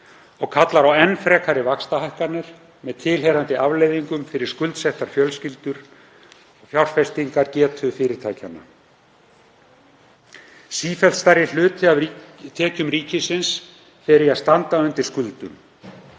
og kallar á enn frekari vaxtahækkanir með tilheyrandi afleiðingum fyrir skuldsettar fjölskyldur og fjárfestingargetu fyrirtækjanna. Sífellt stærri hluti af tekjum ríkisins fer í að standa undir skuldum.